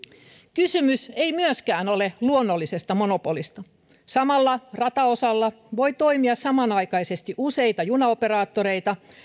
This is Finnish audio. kysymys ei myöskään ole luonnollisesta monopolista samalla rataosalla voi toimia samanaikaisesti useita junaoperaattoreita